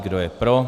Kdo je pro?